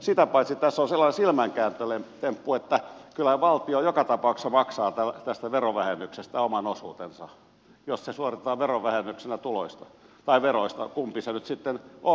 sitä paitsi tässä on sellainen silmänkääntötemppu että kyllähän valtio joka tapauksessa maksaa tästä verovähennyksestä oman osuutensa jos se suoritetaan verovähennyksenä tuloista tai veroista kumpi se nyt sitten on